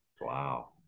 Wow